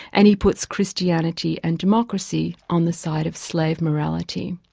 and he puts christianity and democracy on the side of slave morality.